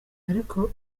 ariko